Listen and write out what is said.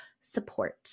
support